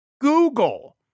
Google